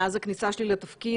מאז הכניסה שלי לתפקיד,